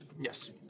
Yes